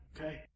Okay